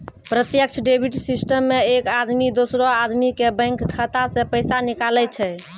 प्रत्यक्ष debit system मे एक आदमी दोसरो आदमी के बैंक खाता से पैसा निकाले छै